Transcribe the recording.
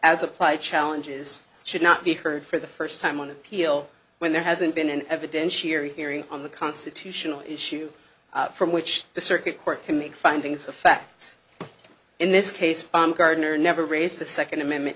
as applied challenges should not be heard for the first time on appeal when there hasn't been an evidentiary hearing on the constitutional issue from which the circuit court can make findings of fact in this case gardner never raised a second amendment